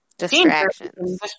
distractions